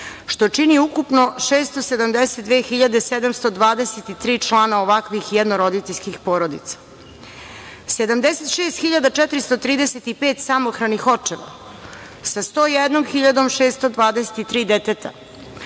što čini ukupno 672.723 člana ovakvih jednoroditeljskih porodica. Imamo 76.435 samohranih očeva sa 101.623 deteta,